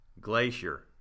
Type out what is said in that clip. Glacier